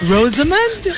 Rosamund